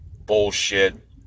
bullshit